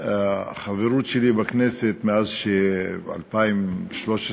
החברות שלי בכנסת, מאז 2013,